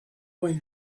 doing